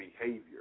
behavior